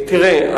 תראה,